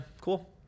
cool